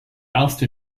erste